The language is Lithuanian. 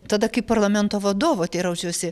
tada kaip parlamento vadovo teiraučiausi